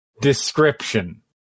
description